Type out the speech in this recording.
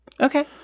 Okay